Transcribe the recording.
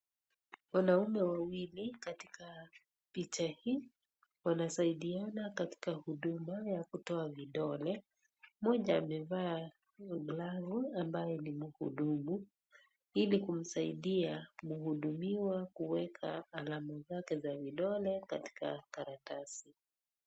Wanaume wawili katika picha hii wanasaidiana katika huduma ya kutoa vidole mmoja amevaa glavu ambaye ni muhudumu ilikumsaidia mhudumiwa kuweka alama zake za vidole katika karatasi.